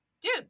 Dude